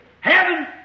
Heaven